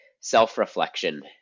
self-reflection